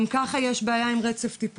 אם תשוב בעוד שנה,